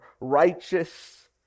righteous